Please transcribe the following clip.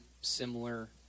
similar